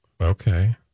okay